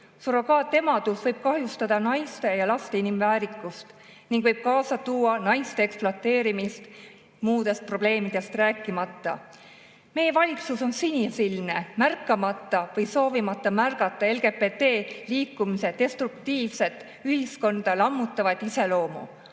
Surrogaatemadus võib kahjustada naiste ja laste inimväärikust ning võib kaasa tuua naiste ekspluateerimist, muudest probleemidest rääkimata. Meie valitsus on sinisilmne, märkamata või soovimata märgata LGBT-liikumise destruktiivset, ühiskonda lammutavat iseloomu.